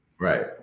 Right